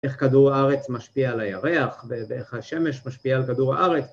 ‫איך כדור הארץ משפיע על הירח ‫ואיך השמש משפיעה על כדור הארץ